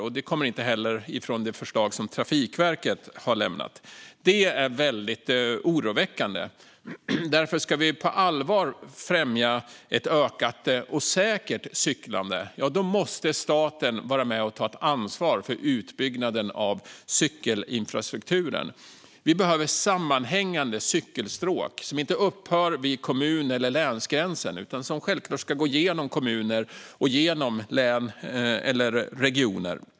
Några sådana finns inte heller i det förslag som Trafikverket har lämnat. Det är väldigt oroväckande. Om vi på allvar ska främja ett ökat och säkert cyklande måste staten vara med och ta ansvar för utbygganden av cykelinfrastrukturen. Vi behöver sammanhängande cykelstråk som inte upphör vid kommun eller länsgränsen. De ska självklart gå genom kommuner, län eller regioner.